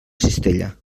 cistella